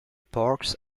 parks